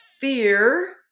fear